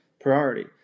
priority